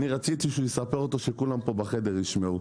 אני רציתי שהוא יספר אותו שכולם פה בחד ישמעו.